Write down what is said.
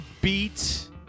beat